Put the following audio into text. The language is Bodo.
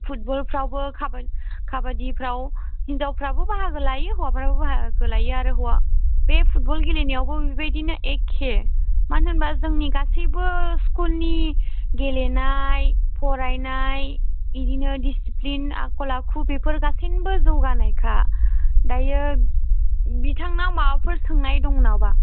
फुटबलफ्रावबो काबादिफ्राव हिनजावफ्राबो बाहागो लायो आरो हौवाफोराबो बाहागो लायो आरो हौवा बे फुटबल गेलेनायावबो बिबायदिनो एखे मानो होनबा जोंनि गासैबो स्कुलनि गेलेनाय फरायनाय बिदिनो दिसिप्लिन आखल आखु बेफोर गासैनिबो जौगानायखा दायो बिथाङा माबाफोर सोंनाय दं नामा